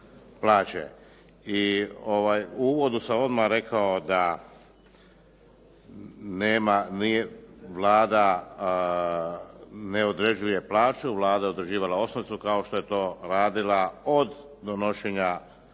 I u uvodu sam odmah rekao da nema, Vlada ne određuje plaću. Vlada je određivala osnovicu kao što je to radila od donošenja